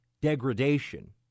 degradation